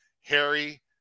Harry